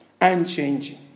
unchanging